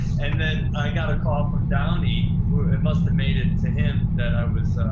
and then, i got a call from downey who it must've made it to him that i was,